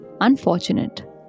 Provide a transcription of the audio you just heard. unfortunate